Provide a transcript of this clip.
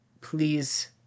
Please